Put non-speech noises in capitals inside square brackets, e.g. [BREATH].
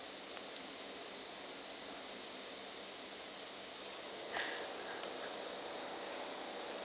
[BREATH]